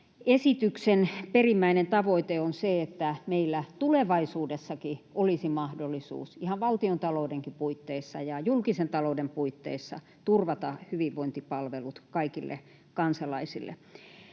esityksen perimmäinen tavoite on se, että meillä tulevaisuudessakin olisi mahdollisuus ihan valtiontaloudenkin puitteissa ja julkisen talouden puitteissa turvata hyvinvointipalvelut kaikille kansalaisille.